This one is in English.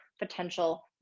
potential